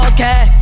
Okay